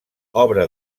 obra